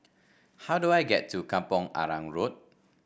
how do I get to Kampong Arang Road